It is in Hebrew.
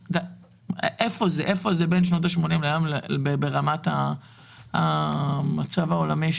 איפה זה עומד בין שנות השמונים להיום ברמת המצב העולמי?